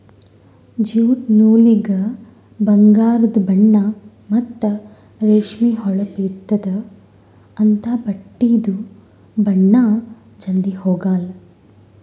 jute ನೂಲಿಗ ಬಂಗಾರದು ಬಣ್ಣಾ ಮತ್ತ್ ರೇಷ್ಮಿ ಹೊಳಪ್ ಇರ್ತ್ತದ ಅಂಥಾ ಬಟ್ಟಿದು ಬಣ್ಣಾ ಜಲ್ಧಿ ಹೊಗಾಲ್